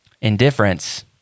Indifference